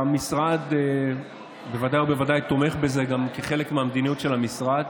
המשרד בוודאי ובוודאי תומך בזה גם כחלק מהמדיניות של המשרד.